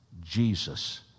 Jesus